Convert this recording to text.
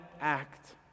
act